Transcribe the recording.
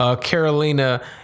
Carolina